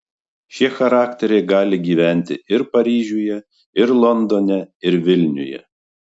šie charakteriai gali gyventi ir paryžiuje ir londone ir vilniuje